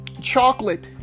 chocolate